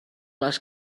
les